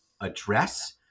address